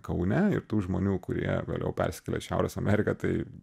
kaune ir tų žmonių kurie vėliau persikėlė šiaurės ameriką tai